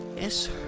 Yes